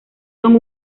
son